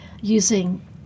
using